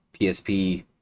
PSP